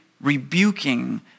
rebuking